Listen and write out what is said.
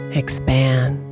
expand